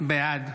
בעד